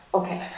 okay